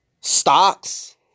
stocks